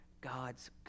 God's